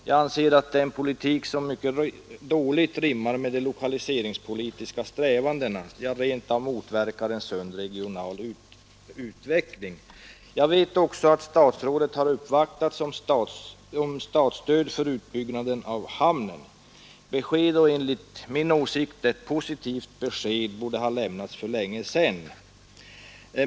Jag anser att regeringens politik mycket dåligt rimmar med de lokaliseringspolitiska strävandena, ja rent av motverkar en sund regional utveckling Jag vet också att statsrådet uppvaktats om statsstöd för en utbyggnad av hamnen. Besked — och enligt min mening ett positivt besked — borde ha lämnats för länge sedan.